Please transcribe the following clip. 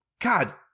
God